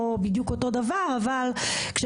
זה לא בדיוק אותו דבר אבל כשאנחנו